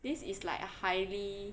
this is like a highly